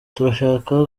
turashaka